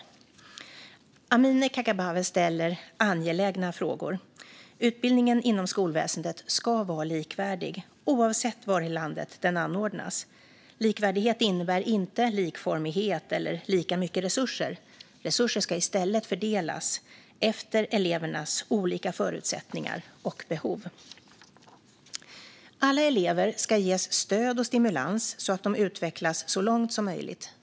Amineh Kakabaveh ställer angelägna frågor. Utbildningen inom skolväsendet ska vara likvärdig oavsett var i landet den anordnas. Likvärdighet innebär inte likformighet eller lika mycket resurser. Resurser ska i stället fördelas efter elevernas olika förutsättningar och behov. Alla elever ska ges stöd och stimulans så att de utvecklas så långt som möjligt.